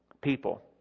People